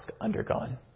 undergone